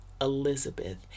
Elizabeth